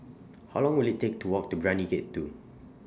How Long Will IT Take to Walk to Brani Gate two